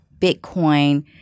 Bitcoin